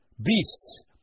beasts